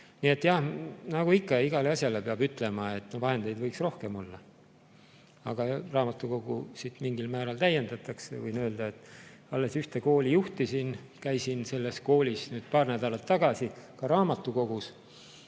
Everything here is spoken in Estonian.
Nii et jah, nagu ikka iga asja puhul peab ütlema, et vahendeid võiks rohkem olla. Aga raamatukogusid siit mingil määral täiendatakse. Võin öelda, et alles ühte kooli juhtisin, käisin selles koolis paar nädalat tagasi, ka raamatukogus